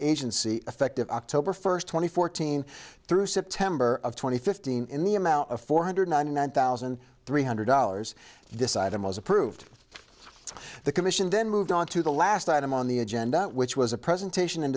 agency effective october first twenty fourteen through september of twenty fifteen in the amount of four hundred ninety nine thousand three hundred dollars decide and was approved by the commission then moved on to the last item on the agenda which was a